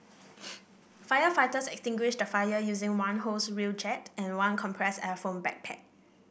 firefighters extinguished the fire using one hose reel jet and one compressed air foam backpack